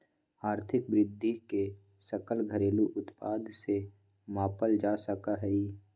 आर्थिक वृद्धि के सकल घरेलू उत्पाद से मापल जा सका हई